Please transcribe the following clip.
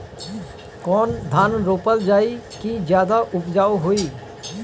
कौन धान रोपल जाई कि ज्यादा उपजाव होई?